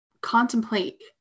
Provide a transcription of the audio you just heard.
contemplate